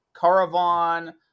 Caravan